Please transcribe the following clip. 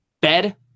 bed